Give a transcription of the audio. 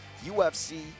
UFC